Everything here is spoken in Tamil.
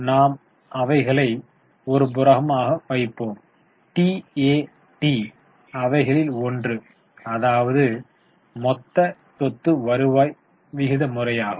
நாம் அவைகளை ஒருபுறமாக வைப்போம் TAT அவைகளில் ஒன்று அதாவது மொத்த சொத்து வருவாய் விகிதமுறையாகும்